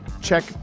check